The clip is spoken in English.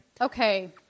Okay